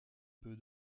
peu